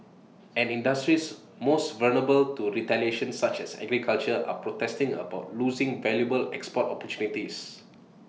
and industries most vulnerable to retaliation such as agriculture are protesting about losing valuable export opportunities